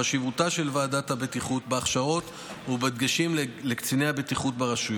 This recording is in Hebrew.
חשיבותה של ועדת הבטיחות בהכשרות ודגשים לקציני הבטיחות ברשויות.